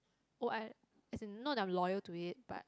oh I as in not I'm loyal to it but